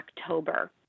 October